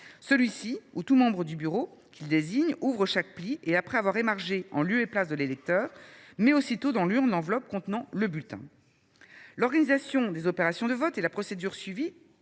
Celui ci, ou tout membre du bureau qu’il désigne, ouvre chaque pli et, après avoir émargé en lieu et place de l’électeur, met aussitôt dans l’urne l’enveloppe contenant le bulletin. L’organisation des opérations de vote et la procédure suivie